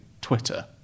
Twitter